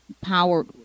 power